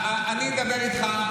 לדרך,